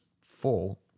full